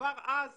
כבר אז